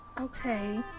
Okay